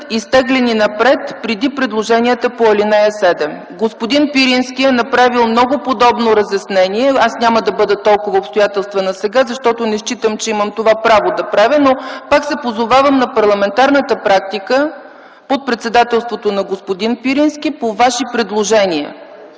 изтеглени напред преди предложенията по ал. 7. Господин Пирински е направил много подробно разяснение. Аз няма да бъда толкова обстоятелствена сега, защото не считам, че имам това право, но пак се позовавам на парламентарната практика под председателството на господин Пирински по Ваши предложения,